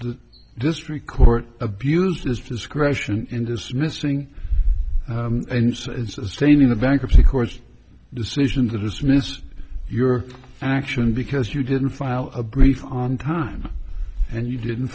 the district court abused his discretion in dismissing sustaining the bankruptcy court's decision to dismiss your action because you didn't file a brief on time and you didn't